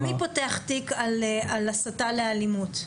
מי פותח תיק על הסתה לאלימות,